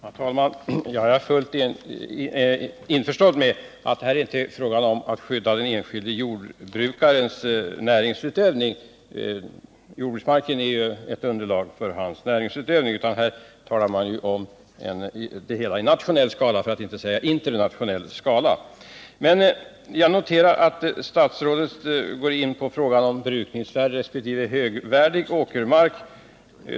Herr talman! Jag är fullt införstådd med att det här inte är fråga om att skydda den enskilde jordbrukarens näringsutövning —- jordbruksmarken är ju ett underlag för denna — utan att det gäller att göra avvägningar i en nationell för att inte säga internationell skala. Men jag noterar att statsrådet går in på frågan om brukningsvärd resp. högvärdig åkermark.